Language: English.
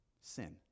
Sin